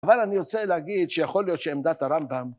אבל אני רוצה להגיד שיכול להיות שעמדת הרמב״ם...